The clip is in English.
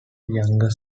younger